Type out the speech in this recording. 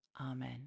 Amen